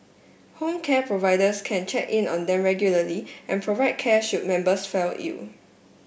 home care providers can check in on them regularly and provide care should members fell ill